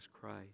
Christ